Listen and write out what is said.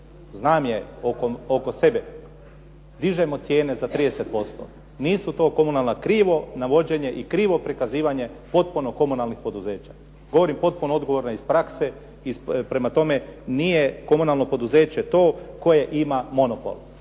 znam je oko sebe, dižemo cijene za 30%. Nisu to komunalna, krivo navođenje i krivo prikazivanje potpuno komunalnih poduzeća. Govorim potpuno odgovorno iz prakse. Prema tome, nije komunalno poduzeće to koje ima monopol.